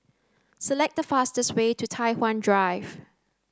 select the fastest way to Tai Hwan Drive